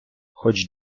хоч